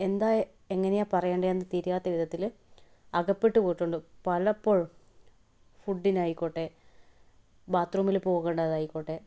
എന്താ എങ്ങനെയാണ് പറയെണ്ടതെന്നു തിരിയാത്ത വിധത്തിൽ അകപ്പെട്ട് പോയിട്ടുണ്ട് പലപ്പോഴും ഫുഡിനായിക്കോട്ടെ ബാത്റൂമിൽ പോകേണ്ടതായിക്കോട്ടെ